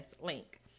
link